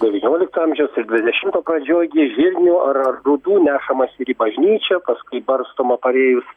devyniolikto amžiaus ir dvidešimto pradžioj gi žirnių ar ar grūdų nešamasi ir į bažnyčią paskui barstoma parėjus